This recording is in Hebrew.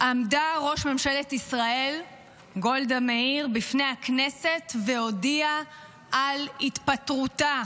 עמדה ראש ממשלת ישראל גולדה מאיר בפני הכנסת והודיעה על התפטרותה.